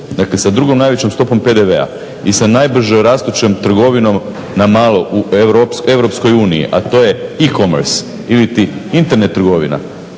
dakle sa drugom najvećom stopom PDV-a i sa najbrže rastućom trgovinom na malo u EU, a to je ICOMERS iliti Internet trgovina.